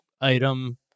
item